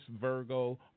Virgo